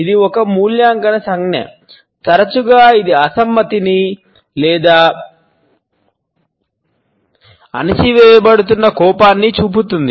ఇది ఒక మూల్యాంకన సంజ్ఞ తరచుగా ఇది అసమ్మతిని లేదా అణచివేయబడుతున్న కోపాన్ని చూపుతుంది